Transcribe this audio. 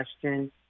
question